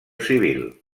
civil